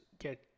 get